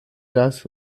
das